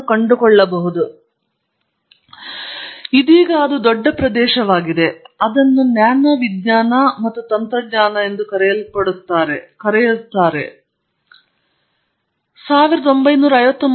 ಇದು ಯಾವಾಗಲೂ ದೊಡ್ಡ ಪ್ರದೇಶವಾಗಿದೆ ಮತ್ತು ಇದೀಗ ಅದು ನ್ಯಾನೋ ವಿಜ್ಞಾನ ಮತ್ತು ತಂತ್ರಜ್ಞಾನ ಎಂದು ಕರೆಯಲ್ಪಡುವ ಕಾರಣದಿಂದಾಗಿ ಹೆಚ್ಚು